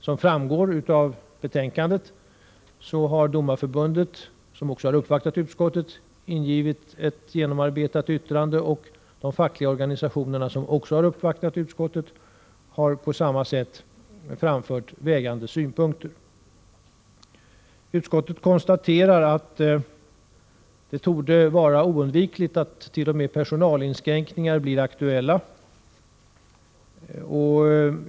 Som framgår av betänkandet har Sveriges Domareförbund, som också uppvaktat utskottet, ingett ett genomarbetat yttrande. Och de fackliga organisationerna, som också uppvaktat utskottet, har på samma sätt framfört vägande synpunkter. Utskottet konstaterar att det torde vara oundvikligt att t.o.m. personalinskränkningar blir aktuella.